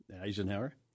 Eisenhower